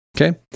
Okay